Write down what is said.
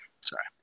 Sorry